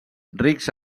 rics